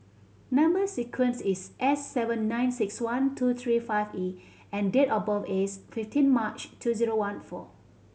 number sequence is S seven nine six one two three five E and date of birth is fifteen March two zero one four